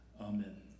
Amen